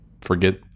forget